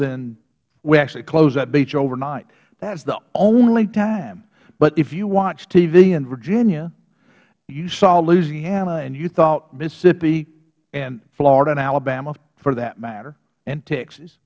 thanh we actually closed that beach overnight that is the only time but if you watched tv in virginia you saw louisiana and you thought mississippi and florida and alabama for that matter and texas